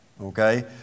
Okay